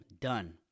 Done